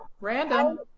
Random